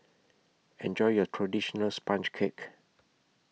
Enjoy your Traditional Sponge Cake